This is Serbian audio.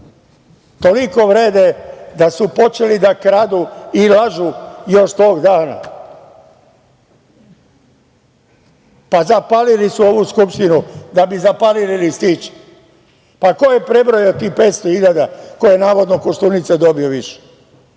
Toliko vrede da su počeli da kradu i lažu još tog dana. Pa, zapalili su ovu Skupštinu da bi zapalili listiće. Ko je prebrojao tih 500 hiljada, koje je navodno Koštunica dobio više?